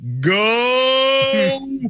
Go